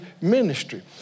ministry